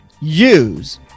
use